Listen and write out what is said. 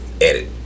Edit